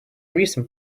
recent